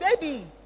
baby